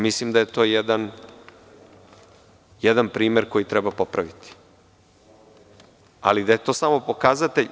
Mislim, da je to jedan primer koji treba popraviti, ali da je to samo pokazatelj.